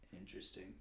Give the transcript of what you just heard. interesting